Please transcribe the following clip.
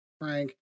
Frank